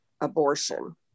abortion